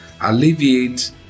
alleviate